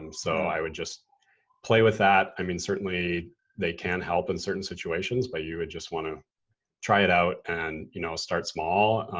um so i would just play with that. i mean, certainly they can help in certain situations, but you would just wanna try it out and you know start small.